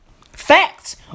Facts